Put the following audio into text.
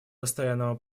постоянного